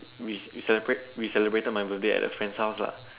we we celebrate we celebrated my birthday at a friend's house lah